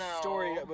story